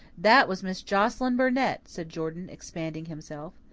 that was miss joscelyn burnett, said jordan, expanding himself.